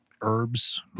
herbs